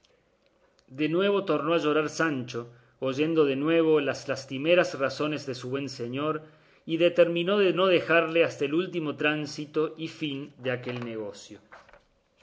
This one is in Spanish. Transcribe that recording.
de nuevo tornó a llorar sancho oyendo de nuevo las lastimeras razones de su buen señor y determinó de no dejarle hasta el último tránsito y fin de aquel negocio